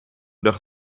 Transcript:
dag